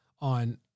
on